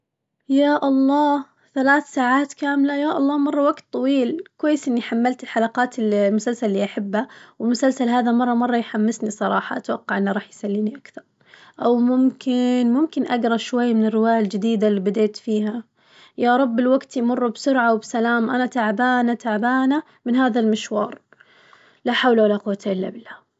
يا الله ثلاث ساعات كاملة يا الله مرة وقت طويل، كويس إني حملت الحلقات اللي المسلسل اللي أحبه والمسلسل هذا مرة مرة يحمسني الصراحة أتوقع إنه راح يسليني أكثر، أو ممكن ممكن أقرا شوي من الرواية الجديدة اللي بديت فيها، يارب الوقت يمر بسرعة وبسلام أنا تعبانة تعبانة من هذا المشوار، لا حول ولا قوة إلا بالله.